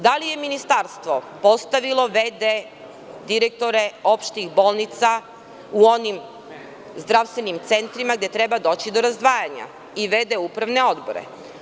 Da li je ministarstvo postavilo v.d. direktore opštih bolnica i zdravstvenim centrima gde treba doći do razdvajanja i v.d. upravne odbore?